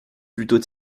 plutôt